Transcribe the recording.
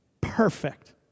perfect